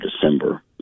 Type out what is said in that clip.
december